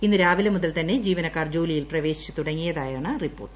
ഇന്ന് രാവിലെ മുതൽ തന്നെ ജീവനക്കാർ ജോലിയിൽ പ്രവേശിച്ചു തുടങ്ങിയതായാണ് റിപ്പോർട്ട്